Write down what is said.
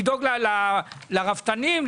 לדאוג לרפתנים,